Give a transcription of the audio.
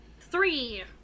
three